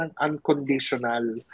unconditional